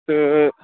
تہٕ